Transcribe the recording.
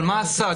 אבל מה הסעד?